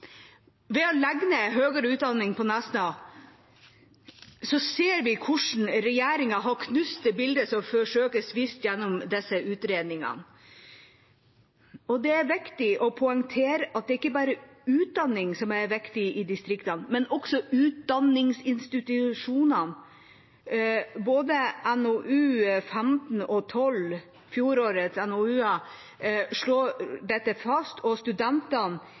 Ved å legge ned høyere utdanning på Nesna ser vi hvordan regjeringa har knust det bildet som forsøkes vist gjennom disse utredningene. Det er viktig å poengtere at det ikke bare er utdanning som er viktig i distriktene, men også utdanningsinstitusjonene. Både NOU 2020: 15 og NOU 2020: 12 slår dette fast. Studentene blir igjen og